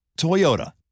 Toyota